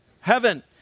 heaven